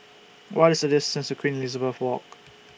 What IS The distance to Queen Elizabeth Walk